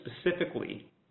specifically